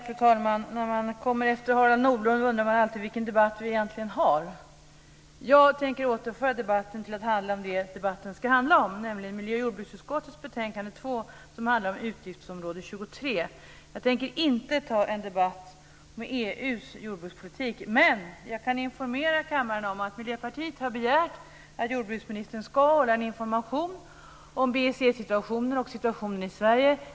Fru talman! När man kommer upp efter Harald Nordlund undrar man alltid vilken debatt vi egentligen har. Jag tänker återföra debatten till att handla om det som den egentligen ska handla om, nämligen miljö och jordbruksutskottets betänkande MJU2, som behandlar utgiftsområde 23. Jag tänker inte ta upp en debatt om EU:s jordbrukspolitik. Jag kan dock upplysa kammarens ledamöter om att Miljöpartiet har begärt att jordbruksministern ska ordna en information om BSE-situationen och situationen i Sverige.